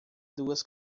duas